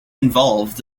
involved